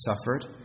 suffered